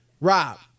Rob